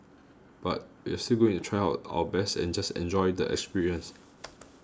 but we're still going to try out our best and just enjoy the experience